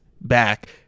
back